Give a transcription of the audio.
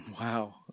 Wow